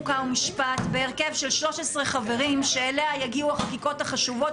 חוק ומשפט בהרכב של 13 חברים שאליה יגיעו החקיקות החשיבות